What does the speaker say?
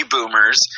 Boomers